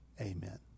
Amen